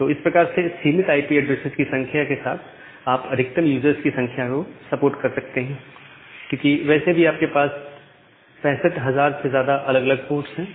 तो इस प्रकार से सीमित आईपी ऐड्रेसेस की संख्या के साथ आप अधिकतम यूजर्स की संख्या को सपोर्ट कर सकते हैं क्योंकि वैसे भी आपके पास 65000 से ज्यादा अलग अलग पोर्ट्स है